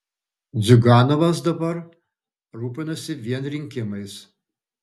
ziuganovas dabar rūpinasi vien rinkimais